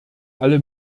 alle